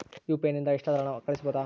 UPI ನಿಂದ ಎಷ್ಟಾದರೂ ಹಣ ಕಳಿಸಬಹುದಾ?